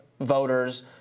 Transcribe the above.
voters